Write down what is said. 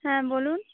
হ্যাঁ বলুন